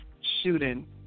shooting